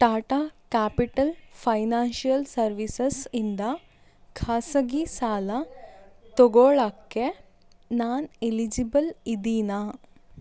Tata capital financial ಸರ್ವೀಸಸಿಂದ ಖಾಸಗಿ ಸಾಲ ತೊಗೊಳಕ್ಕೆ ನಾನು ಎಲಿಜಿಬಲ್ ಇದ್ದೀನಾ